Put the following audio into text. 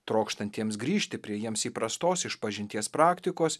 trokštantiems grįžti prie jiems įprastos išpažinties praktikos